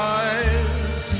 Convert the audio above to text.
eyes